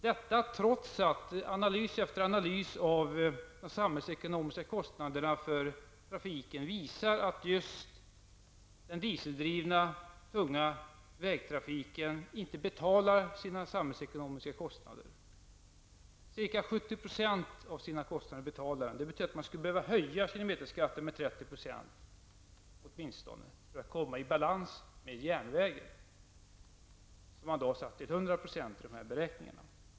Detta görs trots att analys efter analys av de samhällsekonomiska kostnaderna för trafiken visar att just den dieseldrivna tunga vägtrafiken inte betalar sina samhällsekonomiska kostnader. Denna trafik betalar ca 70 % av sina kostnader. Det betyder att man åtminstone skulle behöva höja kilometerskatten med 30 % för att komma i balans med järnvägen, som man har satt till 100 % i dessa beräkningar.